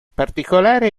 particolare